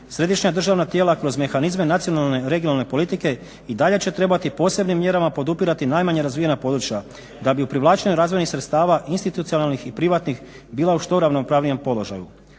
Središnja državna tijela kroz mehanizme nacionale regionalne politike i dalje će trebati posebnim mjerama podupirati najmanje razvijena područja da bi ju privlačnija razvojnih sredstava institucionalnih i privatnih bila u što ravnopravnijem položaju.